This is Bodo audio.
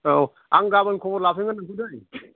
औ आं गाबोन खबर लाफिनगोन खेबसे दै